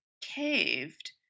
caved